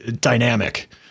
dynamic